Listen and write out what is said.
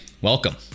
Welcome